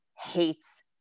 hates